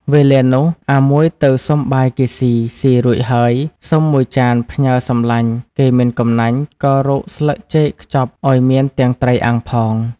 វេលានោះអាមួយទៅសុំបាយគេស៊ីៗរួចហើយសុំំមួយចានផ្ញើរសំឡាញ់គេមិនកំណាញ់ក៏រកស្លឹកចេកខ្ចប់ឱ្យមានទាំងត្រីអាំងផង។